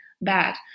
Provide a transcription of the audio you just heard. bad